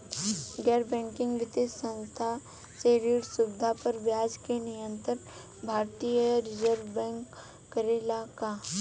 गैर बैंकिंग वित्तीय संस्था से ऋण सुविधा पर ब्याज के नियंत्रण भारती य रिजर्व बैंक करे ला का?